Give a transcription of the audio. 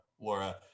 Laura